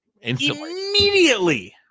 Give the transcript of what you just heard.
immediately